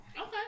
Okay